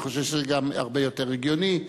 אני חושב שזה גם הרבה יותר הגיוני,